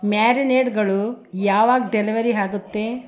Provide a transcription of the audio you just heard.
ಮ್ಯಾರಿನೇಡ್ಗಳು ಯಾವಾಗ ಡೆಲಿವರಿ ಆಗುತ್ತೆ